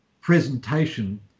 presentation